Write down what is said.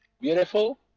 Beautiful